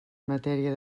matèria